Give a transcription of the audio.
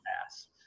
pass